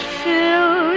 fill